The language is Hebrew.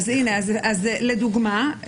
לדוגמה,